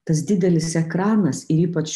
tas didelis ekranas ir ypač